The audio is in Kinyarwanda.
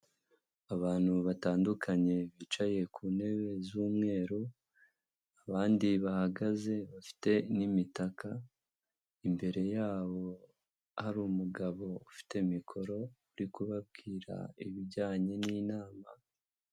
Abantu batandukanye bicaye ku ntebe z'umweru, abandi bahagaze bafite n'imitaka, imbere yabo hari umugabo ufite mikoro uri kubabwira ibijyanye n'inama.